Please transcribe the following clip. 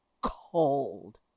cold